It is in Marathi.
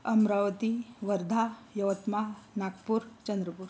अमरावती वर्धा यवतमाळ नागपूर चंद्रपूर